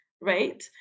right